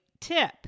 tip